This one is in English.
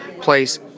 place